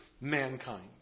mankind